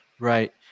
Right